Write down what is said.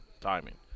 Timing